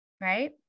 right